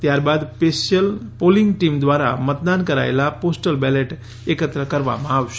ત્યારબાદ special polling team દ્વારા મતદાન કરાયેલા પોસ્ટલ બેલેટ એકત્ર કરવામાં આવશે